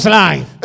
life